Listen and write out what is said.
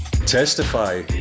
Testify